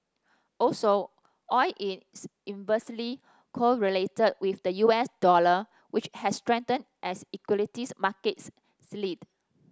also oil is inversely correlated with the U S dollar which has strengthened as equities markets slid